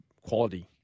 quality